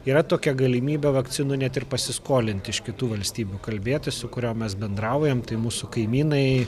yra tokia galimybė vakcinų net ir pasiskolinti iš kitų valstybių kalbėtis su kuriom mes bendraujam tai mūsų kaimynai